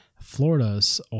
Florida's